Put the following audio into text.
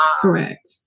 correct